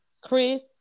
Chris